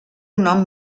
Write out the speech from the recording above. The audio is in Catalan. nom